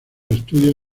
estudios